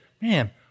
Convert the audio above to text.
man